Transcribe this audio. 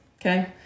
Okay